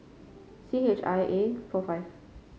C H I A four five